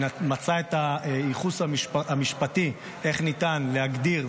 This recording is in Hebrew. שמצאה את הייחוס המשפטי איך ניתן להגדיר,